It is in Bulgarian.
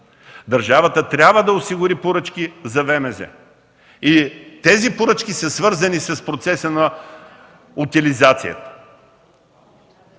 държавата трябва да осигури поръчки за ВМЗ. Тези поръчки са свързани с процеса на утилизацията.